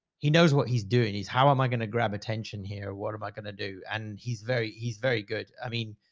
he knows what he's doing and he's, how am i going to grab attention here? what am i going to do? and he's very, he's very good. i mean,